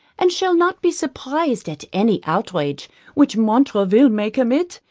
and shall not be surprized at any outrage which montraville may commit,